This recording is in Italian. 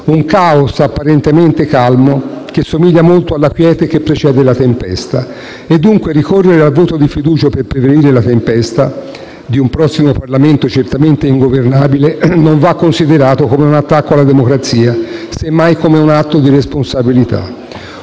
Un *caos* apparentemente calmo che somiglia molto alla quiete che precede la tempesta. E dunque ricorrere al voto di fiducia per prevenire la tempesta di un prossimo Parlamento certamente ingovernabile non va considerato come un attacco alla democrazia, semmai come un atto di responsabilità.